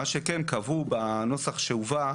מה שכן, קבעו בנוסח שהובא,